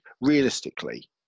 realistically